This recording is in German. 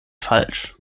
falsch